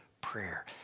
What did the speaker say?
prayer